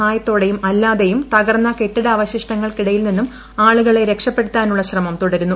സഹായത്തോടെയും അല്ലാതെയും തകർന്ന കെട്ടിടാവശിഷ്ടങ്ങൾക്കിട്ടയിൽ ്നിന്നും ആളുകളെ രക്ഷപ്പെടുത്താനുള്ള ശ്രമം തുടരുന്നു